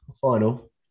Final